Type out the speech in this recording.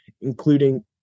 including